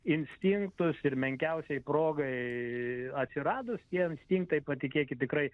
instinktus ir menkiausiai progai atsiradus tie instinktai patikėkit tikrai